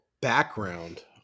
background